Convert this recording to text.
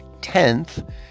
10th